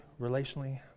relationally